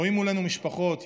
רואים מולנו משפחות יהודיות,